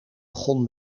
begon